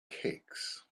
cakes